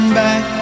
back